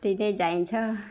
त्यही त्यही चाहिन्छ